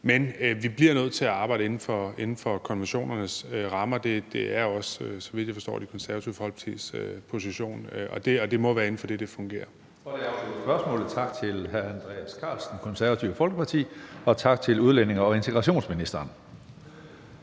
Men vi bliver nødt til at arbejde inden for konventionernes rammer. Det er også, så vidt jeg forstår, Det Konservative Folkepartis position, og det må være inden for det, at det fungerer.